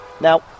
Now